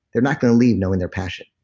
they're not going to leave knowing their passion.